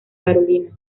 carolina